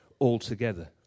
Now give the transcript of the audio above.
altogether